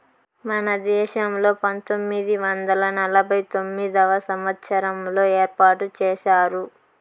మన దేశంలో పంతొమ్మిది వందల నలభై తొమ్మిదవ సంవచ్చారంలో ఏర్పాటు చేశారు